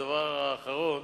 הדבר האחרון,